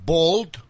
Bold